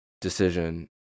decision